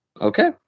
okay